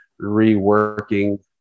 reworking